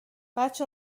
بچه